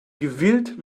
gewillt